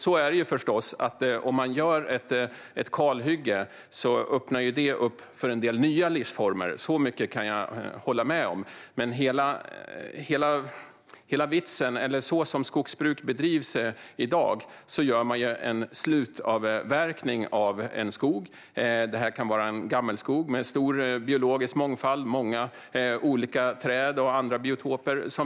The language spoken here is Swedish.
Så är det förstås: Om man gör ett kalhygge öppnar det upp för en del nya livsformer. Så mycket kan jag hålla med om. Men så som skogsbruk bedrivs i dag gör man ju en slutavverkning av en skog, vilket kan vara en gammelskog med stor biologisk mångfald, många olika träd och andra biotoper.